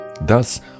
Thus